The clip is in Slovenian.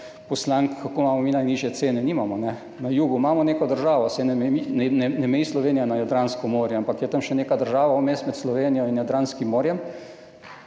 poslank, kako imamo mi najnižje cene. Nimamo. Na jugu imamo neko državo, saj ne meji Slovenija na Jadransko morje, ampak je tam vmes še neka država med Slovenijo in Jadranskim morjem,